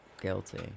guilty